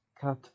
cut